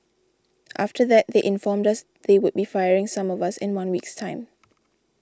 after that they informed us they would be firing some of us in one week's time